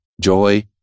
joy